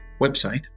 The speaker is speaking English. website